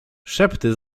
szepty